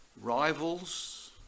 rivals